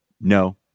No